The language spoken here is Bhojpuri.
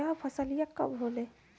यह फसलिया कब होले?